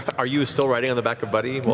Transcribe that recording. are you still riding on the back of buddy? but